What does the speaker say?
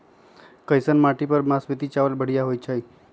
कैसन माटी पर बासमती चावल बढ़िया होई छई?